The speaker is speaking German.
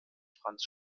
franz